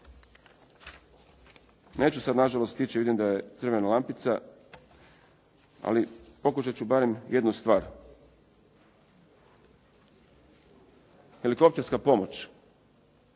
Neću sad nažalost stići vidim da je crvena lampica ali pokušat ću barem jednu stvar. Helikopterska pomoć,